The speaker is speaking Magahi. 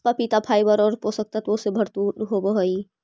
पपीता फाइबर और पोषक तत्वों से भरपूर होवअ हई